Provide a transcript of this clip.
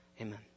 Amen